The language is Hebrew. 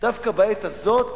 דווקא בעת הזאת